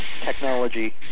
Technology